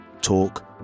Talk